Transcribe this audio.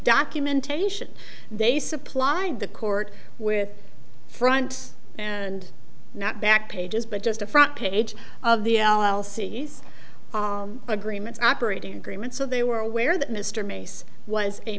documentation they supplied the court with front and not back pages but just a front page of the l l c agreements operating agreement so they were aware that mr mace was a